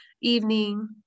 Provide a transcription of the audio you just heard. evening